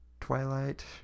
Twilight